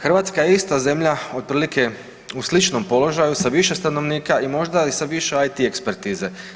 Hrvatska je ista zemlja otprilike u sličnom položaju sa više stanovnika i možda i sa više IT ekspertize.